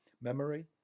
Memory